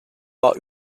war